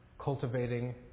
cultivating